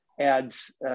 adds